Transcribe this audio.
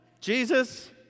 Jesus